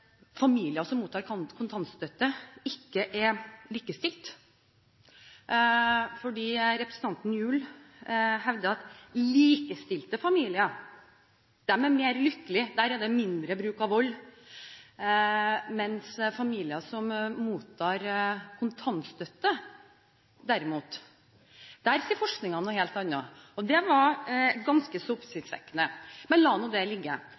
familier som mottar kontantstøtte, ikke er likestilte. Representanten Gjul hevder at likestilte familier er mer lykkelige, der er det mindre bruk av vold, mens når det gjelder familier som mottar kontantstøtte, derimot, sier forskningen noe helt annet. Det var ganske oppsiktsvekkende. Men la nå det ligge.